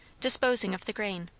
disposing of the grain,